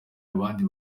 abandi